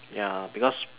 ya because